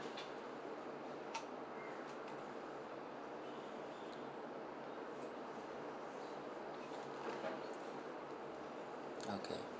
okay